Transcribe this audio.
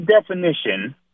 definition